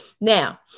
Now